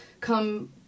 come